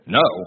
no